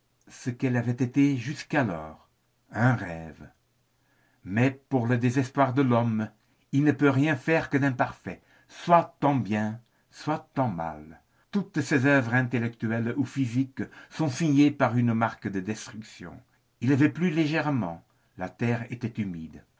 ce qu'elle avait été jusqu'alors un rêve mais pour le désespoir de l'homme il ne peut rien faire que d'imparfait soit en bien soit en mal toutes ses œuvres intellectuelles ou physiques sont signées par une marque de destruction il avait plu légèrement la terre était humide